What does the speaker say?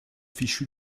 fichu